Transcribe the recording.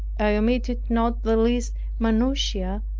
i omitted not the least minutia,